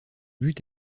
but